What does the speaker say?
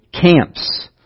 camps